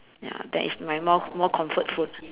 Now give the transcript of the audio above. ya that is my more more comfort food